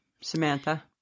Samantha